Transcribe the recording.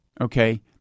okay